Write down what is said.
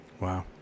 Wow